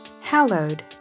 Hallowed